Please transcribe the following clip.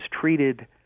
treated